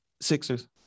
Sixers